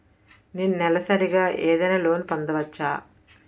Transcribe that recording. నేను నెలసరిగా ఏదైనా లోన్ పొందవచ్చా?